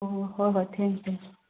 ꯑꯣ ꯍꯣꯏ ꯍꯣꯏ ꯊꯦꯡꯀꯤꯌꯨ ꯊꯦꯡꯀꯤꯌꯨ